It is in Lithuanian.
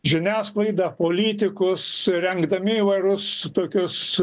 žiniasklaidą politikus rengdami įvairus tokius